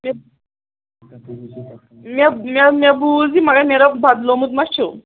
مےٚ مےٚ مےٚ بوٗز یہِ مگر مےٚ دوٚپ بَدلومُت ما چھُو